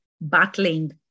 battling